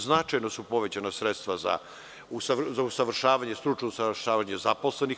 Značajno su povećana sredstva za usavršavanje, stručno usavršavanje zaposlenih.